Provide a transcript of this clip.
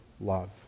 love